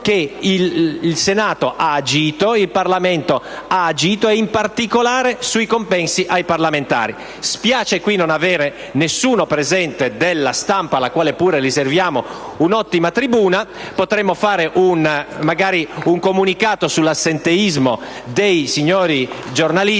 all'esterno, che il Parlamento ha agito in particolare sui compensi ai parlamentari. Spiace qui non avere nessuno presente della stampa, alla quale pure riserviamo un'ottima tribuna: potremmo fare magari un comunicato sull'assenteismo dei signori giornalisti.